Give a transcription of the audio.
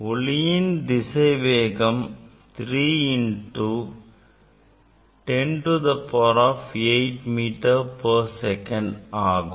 ஒளியின் திசைவேகம் 3 into 10 to the power 8 meter per second ஆகும்